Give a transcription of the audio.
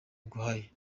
iguhaye